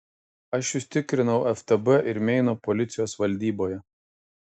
aš jus tikrinau ftb ir meino policijos valdyboje